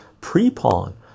pre-pawn